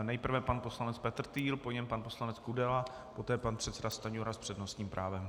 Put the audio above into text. Nejprve pan poslanec Petrtýl, po něm pan poslanec Kudela, poté pan předseda Stanjura s přednostním právem.